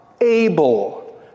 able